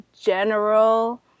general